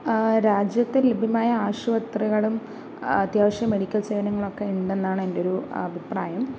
രാജ്യത്ത് ലഭ്യമായ ആശുപത്രികളും അത്യാവശ്യം മെഡിക്കൽ സേവനങ്ങളൊക്കെ ഉണ്ടെന്നാണ് എൻ്റെ ഒരു അഭിപ്രായം